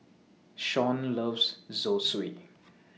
Shaun loves Zosui